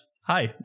hi